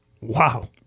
Wow